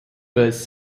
was